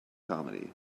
comedy